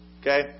Okay